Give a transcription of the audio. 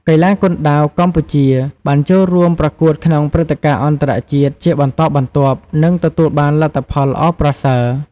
កីឡាគុនដាវកម្ពុជា បានចូលរួមប្រកួតក្នុងព្រឹត្តិការណ៍អន្តរជាតិជាបន្តបន្ទាប់ និងទទួលបានលទ្ធផលល្អប្រសើរ។